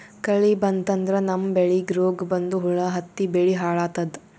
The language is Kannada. ಕಳಿ ಬಂತಂದ್ರ ನಮ್ಮ್ ಬೆಳಿಗ್ ರೋಗ್ ಬಂದು ಹುಳಾ ಹತ್ತಿ ಬೆಳಿ ಹಾಳಾತದ್